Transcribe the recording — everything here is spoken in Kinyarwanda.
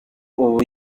ubu